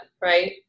right